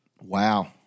Wow